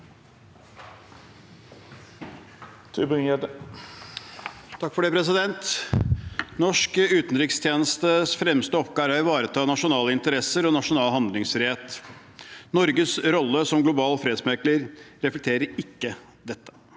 Norsk utenrikstjenestes fremste oppgave er å ivareta nasjonale interesser og nasjonal handlingsfrihet. Norges rolle som global fredsmekler reflekterer ikke dette.